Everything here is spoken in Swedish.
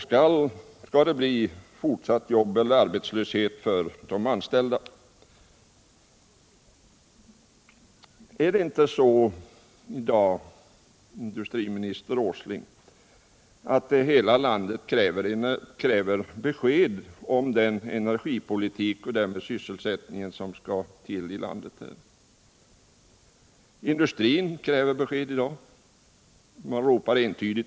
Skall det bli fortsatt jobb eller arbetslöshet för de anställda? Och är det inte så, industriministern, att hela landet i dag kräver att få besked om den energipolitik och därmed den sysselsättning som vi skall ha i fortsättningen? Industrin ropar entydigt på besked.